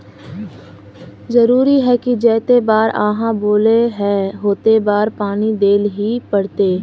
जरूरी है की जयते बार आहाँ बोले है होते बार पानी देल ही पड़ते?